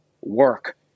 work